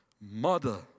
Mother